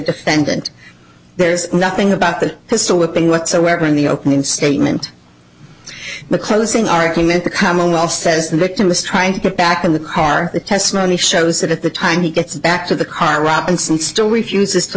defendant there's nothing about the pistol whipping whatsoever in the opening statement the closing argument becoming off says the victim was trying to get back in the car the testimony shows that at the time he gets back to the car robinson still refuses to